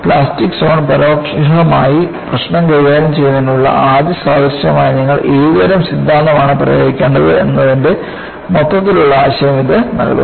plastic zone പരോക്ഷമായി പ്രശ്നം കൈകാര്യം ചെയ്യുന്നതിനുള്ള ആദ്യ സാദൃശ്യമായി നിങ്ങൾ ഏത് തരം സിദ്ധാന്തമാണ് പ്രയോഗിക്കേണ്ടത് എന്നതിന്റെ മൊത്തത്തിലുള്ള ആശയം ഇത് നൽകുന്നു